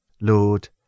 Lord